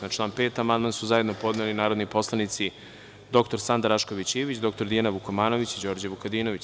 Na član 5. amandman su zajedno podneli narodni poslanici dr Sanda Rašković Ivić, dr Dijana Vukomanović i Đorđe Vukadinović.